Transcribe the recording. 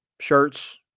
Shirts